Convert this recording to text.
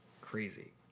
crazy